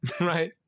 Right